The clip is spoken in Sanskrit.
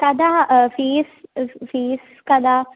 कदा फ़ीस् फ़ीस् कदा